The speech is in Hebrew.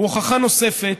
הוא הוכחה נוספת